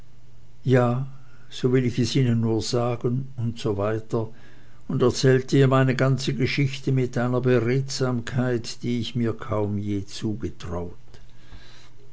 ja so will ich es ihnen nur sagen und so weiter und erzählte ihr meine ganze geschichte mit einer beredsamkeit die ich mir kaum je zugetraut